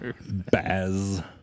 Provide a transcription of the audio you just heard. Baz